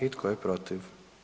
I tko je protiv?